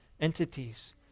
entities